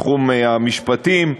בתחום המשפטים,